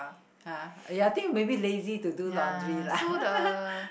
!huh! ya think maybe lazy to do laundry lah